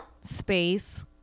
space